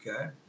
Okay